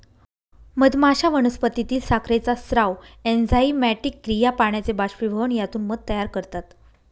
मधमाश्या वनस्पतीतील साखरेचा स्राव, एन्झाइमॅटिक क्रिया, पाण्याचे बाष्पीभवन यातून मध तयार करतात